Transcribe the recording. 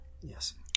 Yes